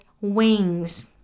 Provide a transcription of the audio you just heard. wings